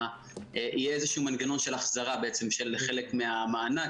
שיהיה איזשהו מנגנון של החזרה בעצם של חלק מהמענק,